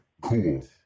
cool